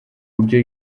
buryo